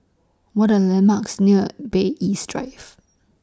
What Are The landmarks near Bay East Drive